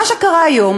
מה שקרה היום,